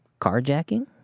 carjacking